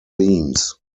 themes